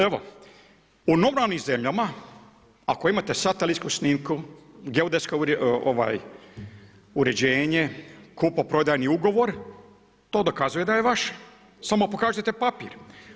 Evo, u normalnim zemljama, ako imate satelitsku snimku, geodetsko uređenje, kupoprodajni ugovor, to dokazuje da je vaše, samo pokazujete papir.